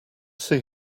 see